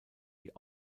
die